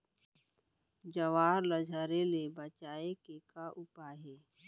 ज्वार ला झरे ले बचाए के का उपाय हे?